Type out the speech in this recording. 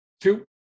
two